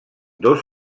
dos